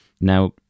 Now